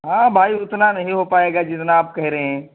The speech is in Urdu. ہاں بھائی اتنا نہیں ہو پائے گا جتنا آپ کہہ رہے ہیں